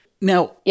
Now